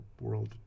world